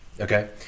Okay